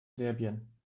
serbien